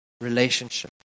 relationship